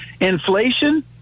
inflation